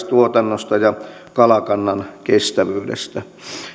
tuotannosta ja kalakannan kestävyydestä